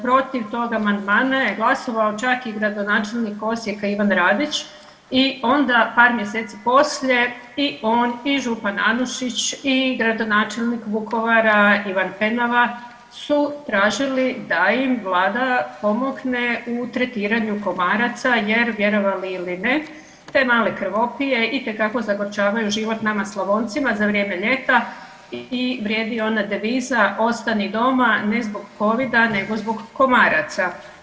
Protiv tog amandmana je glasovao čak i gradonačelnik Osijeka Ivan Radić i onda par mjeseci poslije i on i župan Anušić i gradonačelnik Vukovara Ivan Penava su tražili da im Vlada pomogne u tretiranju komaraca, jer vjerovali ili ne te male krvopije itekako zagorčavaju život nama Slavoncima za vrijeme ljeta i vrijedi ona deviza „ostani doma ne zbog Covida nego zbog komaraca“